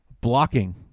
blocking